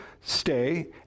stay